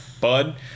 bud